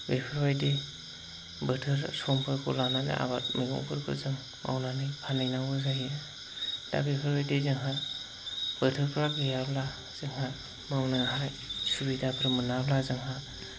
बेफोरबायदि बोथोर समफोरखौ लानानै आबाद मैगंफोरखौ जों मावनानै फानहैनांगौ जायो दा बेफोरबायदि जोंहा बोथोरफ्रा फैयाब्ला जोंहा मावनो हानाय सुबिदाफोर मोनाब्ला जोंहा